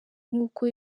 nk’uko